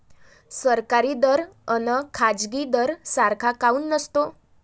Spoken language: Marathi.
सरकारी दर अन खाजगी दर सारखा काऊन नसतो?